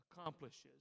accomplishes